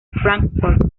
frankfurt